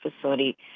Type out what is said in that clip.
facility